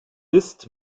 ist